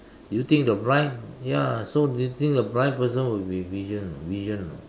do you think the blind ya so do you think the blind person will be vision you know vision you know